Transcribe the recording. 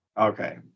Okay